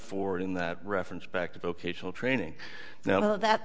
for in that reference back to vocational training now that